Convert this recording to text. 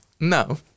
No